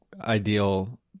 ideal